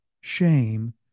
shame